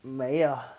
没 ah